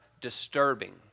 disturbing